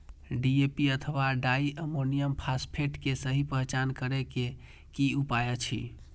DAP अथवा diammonium phosphate के सहि पहचान करे के कि उपाय अछि?